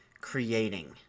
creating